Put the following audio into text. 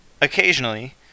Occasionally